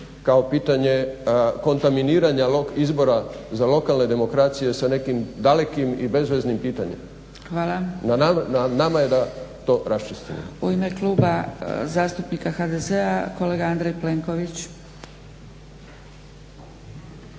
kao pitanje kontaminiranja izbora za lokalne demokracije sa nekim dalekim i bezveznim pitanjima. Na nama je da to raščistimo. **Zgrebec, Dragica (SDP)** Hvala. U ime Kluba zastupnika HDZ-a kolega Andrej Plenković.